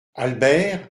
albert